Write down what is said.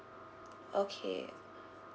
okay